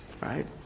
Right